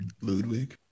Ludwig